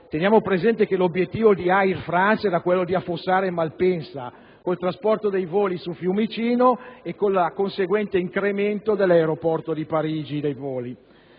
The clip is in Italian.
tenga presente che l'obiettivo di Air France era quello di affossare Malpensa, con il trasferimento dei voli su Fiumicino ed il conseguente incremento dei voli dell'aeroporto di Parigi.